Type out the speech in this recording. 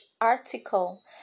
article